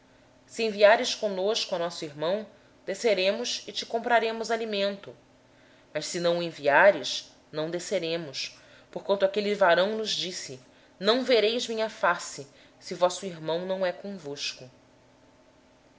enviar conosco o nosso irmão desceremos e te compraremos alimento mas se não queres enviá lo não desceremos porquanto o homem nos disse não vereis a minha face se vosso irmão não estiver convosco